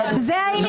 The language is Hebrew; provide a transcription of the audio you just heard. זה העניין?